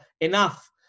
enough